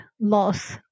loss